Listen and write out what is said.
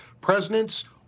Presidents